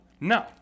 No